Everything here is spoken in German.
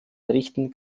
berichten